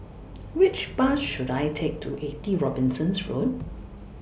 Which Bus should I Take to eighty Robinson's Road